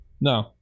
No